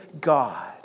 God